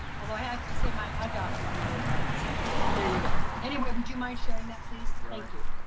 although i have to say my eye doctor knew about it. so there you go. anyway, would you mind sharing that, please? thank you.